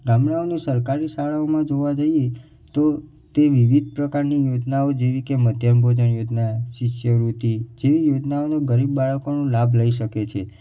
ગામડાઓની સરકારી શાળાઓમાં જોવા જઈએ તો તે વિવિધ પ્રકારની યોજનાઓ જેવી કે મધ્યાહન ભોજન યોજના શિષ્યવૃત્તિ જેવી યોજનાઓનો ગરીબ બાળકો લાભ લઈ શકે છે